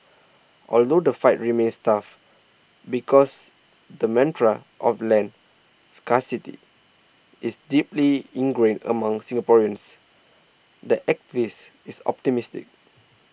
although the fight remains tough because the mantra of land scarcity is deeply ingrained among Singaporeans the activist is optimistic